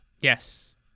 Yes